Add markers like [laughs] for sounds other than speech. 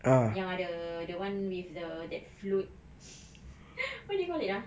yang ada the one with the that float [laughs] what do you call it ah